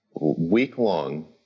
week-long